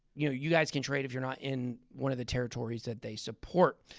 you know, you guys can trade if you're not in one of the territories that they support.